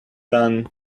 done